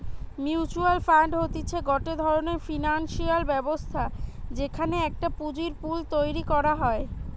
mutual fund হতিছে গটে ধরণের ফিনান্সিয়াল ব্যবস্থা যেখানে একটা পুঁজির পুল তৈরী করা হয়